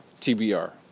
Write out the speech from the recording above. TBR